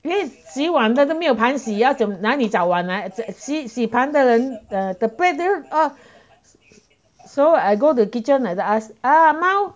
因为洗碗的都没有盘洗要怎哪里找碗来洗盘的人 the plate ah so I go the kitchen and ask 啊猫